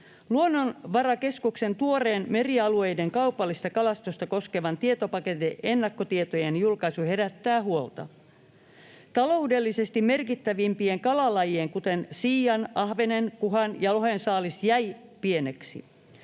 Luonnonvarakeskuksen tuoreen merialueiden kaupallista kalastusta koskevan tietopaketin ennakkotietojen julkaisu herättää huolta. Taloudellisesti merkittävimpien kalalajien, kuten siian, ahvenen, kuhan ja lohen, saalis jäi pieneksi.